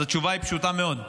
אז התשובה היא פשוטה מאוד: